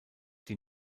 die